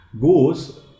goes